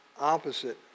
opposite